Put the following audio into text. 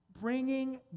Bringing